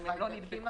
אם לא נדבקו.